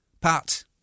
Pat